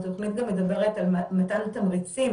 התוכנית גם מדברת על מתן תמריצים